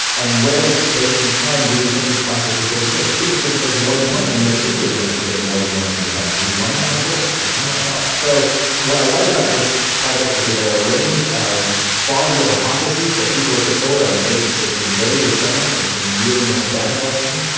and where in space and time do we think this process was taking place? could it have taken place more than once? we know that pigs were domesticated more than once independently, why not wolves? why not dogs? so what i like about this project is that there are a range of plausible hypotheses that people have put forward on the basis of some very good science and some really nice data collection,